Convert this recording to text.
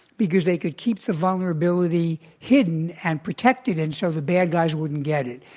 because they could keep the vulnerability hidden and protected, and so the bad guys wouldn't get it.